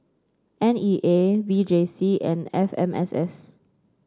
N E A V J C and F M S S